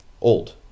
Old